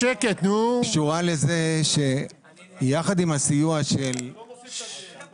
קשורה לזה שיחד עם הסיוע של ------ נתי,